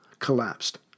Collapsed